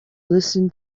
listen